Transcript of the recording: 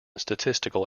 statistical